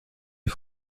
les